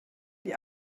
die